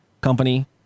company